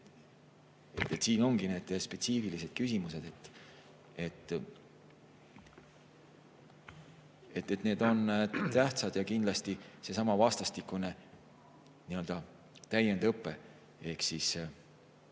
Siin ongi need spetsiifilised küsimused ja need on tähtsad. Kindlasti seesama vastastikune nii-öelda